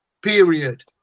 period